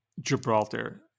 Gibraltar